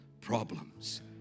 problems